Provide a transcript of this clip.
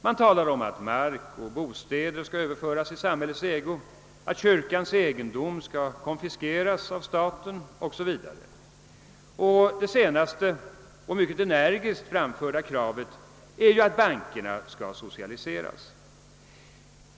Man talar om att mark och bostäder skall överföras i samhällets ägo, att kyrkans egendom skall konfiskeras av staten o.s.v. Det senaste och mycket energiskt framförda kravet är att bankerna skall socialiseras.